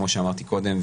כמו שאמרתי קודם,